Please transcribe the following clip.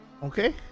Okay